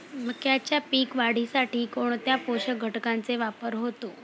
मक्याच्या पीक वाढीसाठी कोणत्या पोषक घटकांचे वापर होतो?